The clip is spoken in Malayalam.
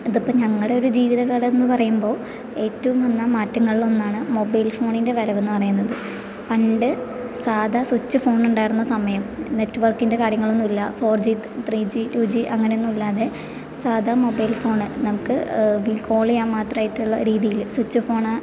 ഇതിപ്പോൾ ഞങ്ങളുടെ ഒരു ജീവിതകാലം എന്ന് പറയുമ്പോൾ ഏറ്റവും വന്ന മാറ്റങ്ങളിൽ ഒന്നാണ് മൊബൈൽ ഫോണിൻ്റെ വരവെന്ന് പറയുന്നത് പണ്ട് സാധാ സ്വിച്ച് ഫോണുണ്ടായിരുന്ന സമയം നെറ്റ്വർക്കിൻ്റെ കാര്യങ്ങളൊന്നുമില്ല four G three G two G അങ്ങനെയൊന്നുമില്ലാതെ സാധാ മൊബൈൽ ഫോണ് നമുക്ക് കോള് ചെയ്യാൻ മാത്രമായിട്ടുള്ള രീതിയില് സ്വിച്ച് ഫോൺ